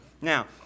Now